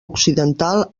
occidental